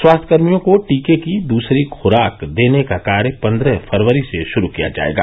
स्वास्थ्यकर्मियों को टीके की दूसरी खुराक देने का कार्य पन्द्रह फरवरी से शुरू किया जाएगा